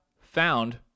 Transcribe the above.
found